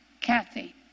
Kathy